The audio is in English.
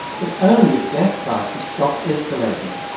but only if gas prices stop escalating.